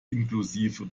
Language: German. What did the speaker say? inklusive